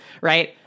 Right